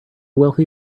wealthy